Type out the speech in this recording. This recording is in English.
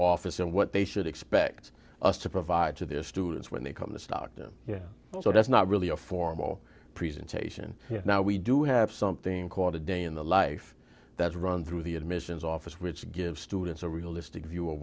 office and what they should expect us to provide to their students when they come to stockton yeah so that's not really a formal presentation now we do have something called a day in the life that's run through the admissions office which give students a realistic view